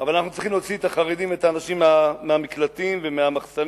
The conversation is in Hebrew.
אבל אנחנו צריכים להוציא את החרדים ואת האנשים מהמקלטים ומהמחסנים.